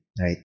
right